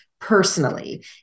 personally